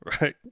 right